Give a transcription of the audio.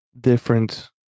different